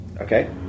Okay